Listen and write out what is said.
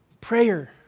prayer